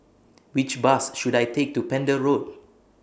Which Bus should I Take to Pender Road